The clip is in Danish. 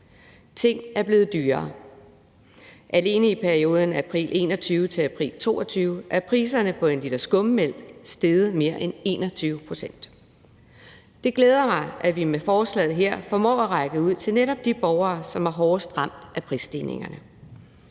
Ting er blevet dyrere. Alene i perioden fra april 2021 til april 2022 er priserne på en liter skummetmælk steget mere end 21 pct. Det glæder mig, at vi med forslaget her formår at række ud til netop de borgere, som er hårdest ramt af prisstigningerne.